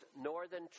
northern